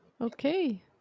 Okay